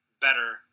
better